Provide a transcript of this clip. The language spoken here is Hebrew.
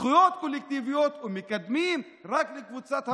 זכויות קולקטיביות ומקדמים רק לקבוצת הרוב.